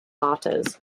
martyrs